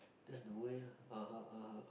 that's the way lah (uh huh) (uh huh)